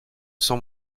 sans